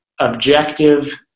objective